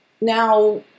Now